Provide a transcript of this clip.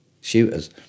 shooters